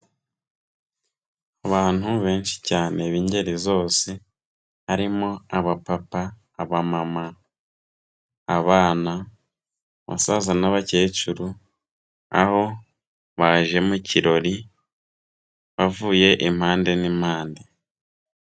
Abantu benshi cyane b'ingeri zose, harimo abapapa, abamama, abana, abasaza n'abakecuru, aho baje mu kirori bavuye impande n'impande.